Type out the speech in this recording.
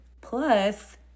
Plus